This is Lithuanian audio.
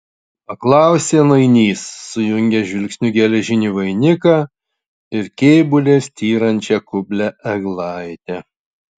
paklausė nainys sujungęs žvilgsniu geležinį vainiką ir kėbule styrančią kuplią eglaitę